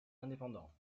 indépendant